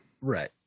Right